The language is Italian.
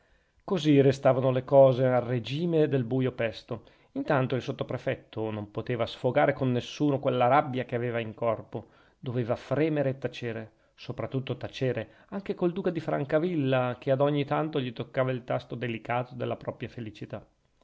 così restavano le cose al regime del buio pesto intanto il sottoprefetto non poteva sfogare con nessuno quella rabbia che aveva in corpo doveva fremere e tacere sopra tutto tacere anche col duca di francavilla che ad ogni tanto gli toccava il tasto delicato della propria felicità